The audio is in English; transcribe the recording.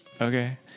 okay